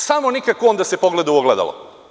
Samo nikako on da se pogleda u ogledalo.